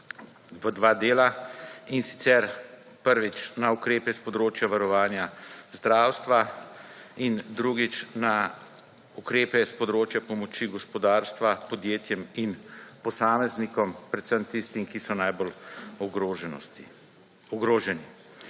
v dva dela in sicer, prvič, na ukrepe s področja varovanja zdravstva in drugič, na ukrepe s področja pomoči gospodarstva podjetjem in posameznikom, predvsem tistim, ki so najbolj ogroženi.